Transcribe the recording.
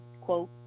quote